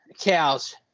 cows